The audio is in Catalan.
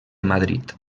madrid